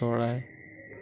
চৰাই